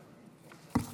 רבותיי.